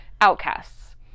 outcasts